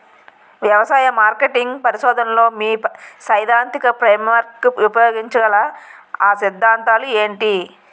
వ్యవసాయ మార్కెటింగ్ పరిశోధనలో మీ సైదాంతిక ఫ్రేమ్వర్క్ ఉపయోగించగల అ సిద్ధాంతాలు ఏంటి?